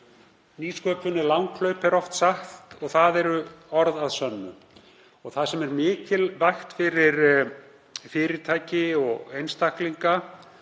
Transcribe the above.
Nýsköpun er langhlaup, er oft sagt, og það eru orð að sönnu. Það sem er mikilvægt fyrir fyrirtæki og einstaklinga